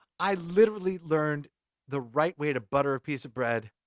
i literally learned the right way to butter a piece of bread,